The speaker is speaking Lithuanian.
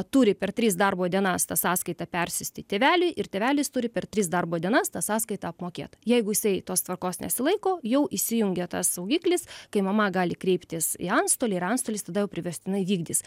turi per tris darbo dienas tą sąskaitą persiųsti tėveliui ir tėvelis turi per tris darbo dienas ta sąskaita apmokėt jeigu jisai tos tvarkos nesilaiko jau įsijungia tas saugiklis kai mama gali kreiptis į antstolį ir antstolis tada jau priverstinai vykdys